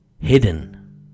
hidden